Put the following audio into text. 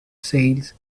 sales